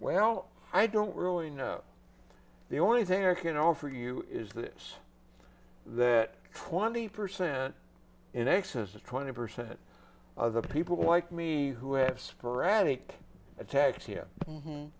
well i don't really know the only thing i can offer you is this that twenty percent in excess of twenty percent of the people like me who have sporadic attacks here